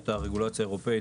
יש את הרגולציה האירופאית,